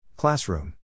Classroom